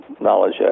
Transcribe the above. knowledge